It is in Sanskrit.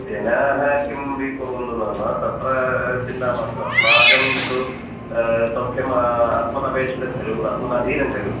जनाः किमपि कुर्वन्तु नाम तत्र चिन्ता मास्तु अस्माकं तु सौख्यम् अस्मदपेक्षितं खलु अस्मदधीनं खलु